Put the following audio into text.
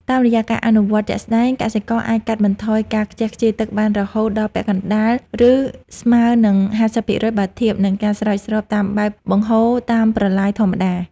តាមរយៈការអនុវត្តជាក់ស្ដែង កសិករអាចកាត់បន្ថយការខ្ជះខ្ជាយទឹកបានរហូតដល់ពាក់កណ្ដាល ឬស្មើនឹង ៥០% បើធៀបនឹងការស្រោចស្រពតាមបែបបង្ហូរតាមប្រឡាយធម្មតា។